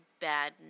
bad